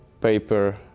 paper